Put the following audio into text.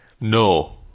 No